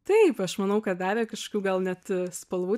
taip aš manau kad davė kažkokių gal net spalvų